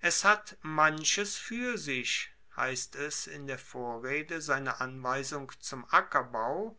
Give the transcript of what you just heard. es hat manches fuer sich heisst es in der vorrede seiner anweisung zum ackerbau